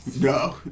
No